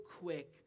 quick